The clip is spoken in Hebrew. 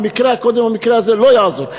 במקרה הזה לא יעזור.